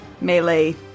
melee